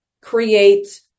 create